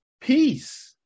Peace